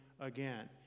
again